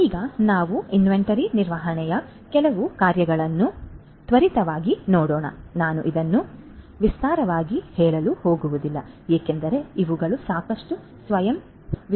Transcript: ಆದ್ದರಿಂದ ಈಗ ನಾವು ಇನ್ವೆಂಟರಿ ನಿರ್ವಹಣೆಯ ಕೆಲವು ಕಾರ್ಯಗಳನ್ನು ತ್ವರಿತವಾಗಿ ನೋಡೋಣ ನಾನು ಇದನ್ನು ವಿಸ್ತಾರವಾಗಿ ಹೇಳಲು ಹೋಗುವುದಿಲ್ಲ ಏಕೆಂದರೆ ಇವುಗಳು ಸಾಕಷ್ಟು ಸ್ವಯಂ ವಿವರಣಾತ್ಮಕವಾಗಿವೆ